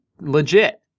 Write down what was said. legit